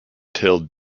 tailed